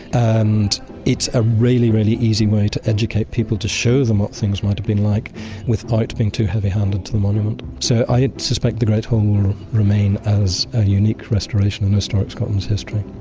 and it's a really, really easy way to educate people to show them what things might have been like without being too heavy-handed to the monument. so i suspect the great hall um remain as a unique restoration in historic scotland's history